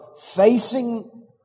facing